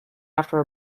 after